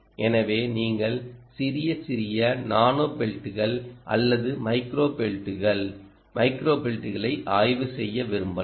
எனவே நீங்கள் சிறிய சிறிய நானோ பெல்ட்கள் அல்லது மைக்ரோ பெல்ட்கள் மைக்ரோ பெல்ட்களை ஆய்வு செய்ய விரும்பலாம்